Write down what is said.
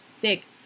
thick